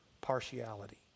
partiality